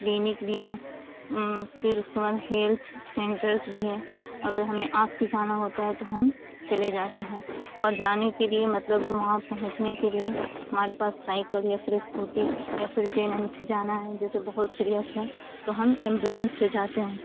clinic بھی ہیں پھر اس کے بعد ہیلتھ سینٹرز بھی ہیں اگر ہمیں آنکھ دکھانا ہوتا ہے تو ہم چلے جاتے ہیں اور جانے کے لیے مطلب وہاں پہنچنے کے لیے ہمارے پاس سائیکل یا پھر اسکوٹی یا پھر جے این ایم سے جانا ہے جیسے بہت سیریئس ہے تو ہم ایمبولینس سے جاتے ہیں